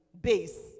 base